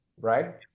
right